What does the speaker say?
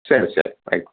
சரி சரி ரைட்